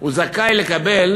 זכאי לקבל